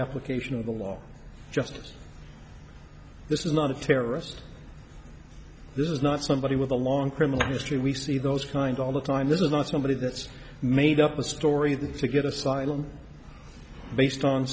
application of the law justice this is not a terrorist this is not somebody with a long criminal history we see those kind all the time this is not somebody that's made up a story that to get asylum based on